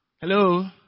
Hello